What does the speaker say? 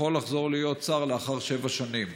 הוא יכול לחזור להיות שר לאחר שבע שנים.